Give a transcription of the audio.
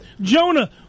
Jonah